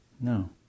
No